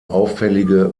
auffällige